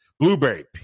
Blueberry